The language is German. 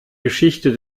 geschichte